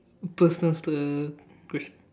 personal st~ question